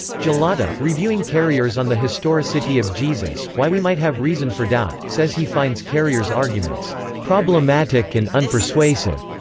gullotta, reviewing carrier's on the historicity of jesus why we might have reason for doubt, says he finds carrier's arguments problematic and unpersuasive,